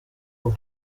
ubu